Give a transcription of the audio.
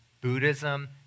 Buddhism